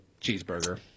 cheeseburger